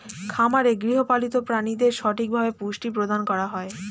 খামারে গৃহপালিত প্রাণীদের সঠিকভাবে পুষ্টি প্রদান করা হয়